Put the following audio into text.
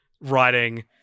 writing